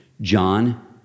John